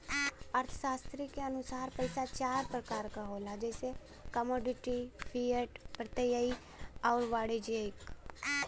अर्थशास्त्री के अनुसार पइसा चार प्रकार क होला जइसे कमोडिटी, फिएट, प्रत्ययी आउर वाणिज्यिक